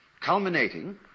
culminating